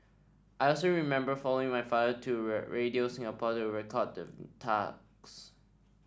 I also remember following my father to Radio Singapore to record the talks